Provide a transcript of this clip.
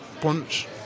punch